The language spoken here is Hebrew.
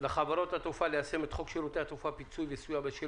לחברות התעופה ליישם את חוק שירותי התעופה (פיצוי וסיוע בשל